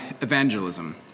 evangelism